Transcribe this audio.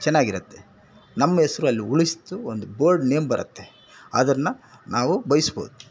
ಚೆನ್ನಾಗಿ ಇರುತ್ತೆ ನಮ್ಮ ಹೆಸ್ರು ಅಲ್ಲಿ ಉಳಿಸಿತು ಒಂದು ಬೋರ್ಡ್ ನೇಮ್ ಬರೋತ್ತೆ ಅದನ್ನು ನಾವು ಬಯಸ್ಬೋದು